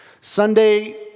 Sunday